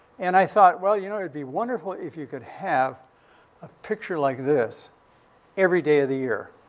and i thought, well, you know, it would be wonderful if you could have a picture like this every day of the year.